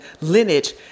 lineage